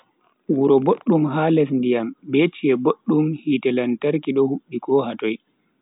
Wuro boddum ha les ndiyam be chi'e boddum hite lantarki do hubbi ko hatoi.